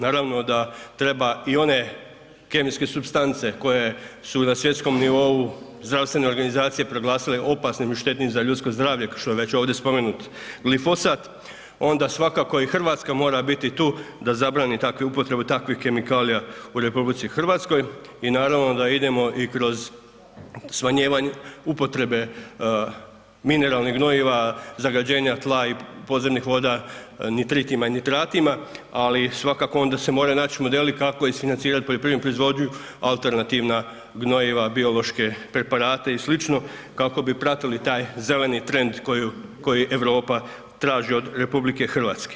Naravno da treba i one kemijske supstance koje su na svjetskom nivou zdravstvene organizacije proglasile opasnim i štetnim za ljudsko zdravlje što je već ovdje spomenut glifosat onda svakako i Hrvatska mora biti tu da zabrani takvu upotrebu takvih kemikalija u RH i naravno da idemo i kroz smanjivanje upotrebe mineralnih gnojiva, zagađenja tla i podzemnih voda nitritima i nitratima, ali svakako onda se moraju naći modeli kako isfinancirati poljoprivrednu proizvodnju, alternativna gnojiva, biološke preparate i sl. kako bi pratili taj zeleni trend koji Europa traži od RH.